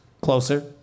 Closer